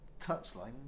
touchline